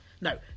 No